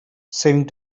saving